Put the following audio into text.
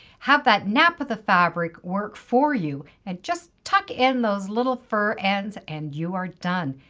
have that nap of the fabric work for you, and just tuck in those little fur ends and you are done.